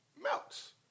melts